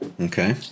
Okay